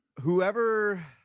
whoever